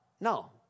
No